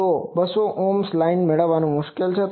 તો 200Ω ohm line મેળવવાનું મુશ્કેલ છે